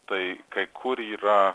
tai kur yra